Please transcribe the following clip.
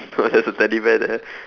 what there's a teddy bear there